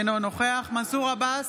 אינו נוכח מנסור עבאס,